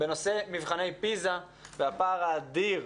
בנושא מבחני פיז"ה והפער האדיר,